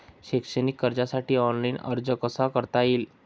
शैक्षणिक कर्जासाठी ऑनलाईन अर्ज कसा करता येईल?